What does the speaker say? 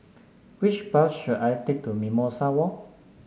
which bus should I take to Mimosa Walk